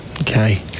Okay